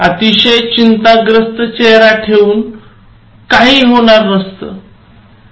अतिशय चिंताग्रस्त चेहरा ठेऊन काही होणार नाही